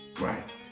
right